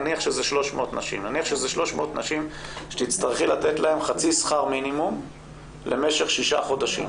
נניח שאלה 300 נשים שתצטרכי לתת להם חצי שכר מינימום למשך שישה חודשים.